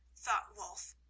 thought wulf,